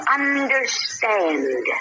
understand